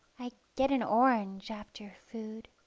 i get an orange after food.